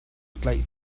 tlaih